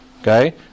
Okay